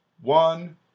one